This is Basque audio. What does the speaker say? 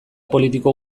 politiko